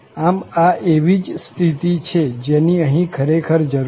આમ આ એવી જ પરિસ્થિતિ છે જેની અહીં ખરેખર જરૂર છે